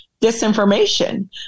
disinformation